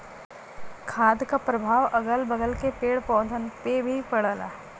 खाद क परभाव अगल बगल के पेड़ पौधन पे भी पड़ला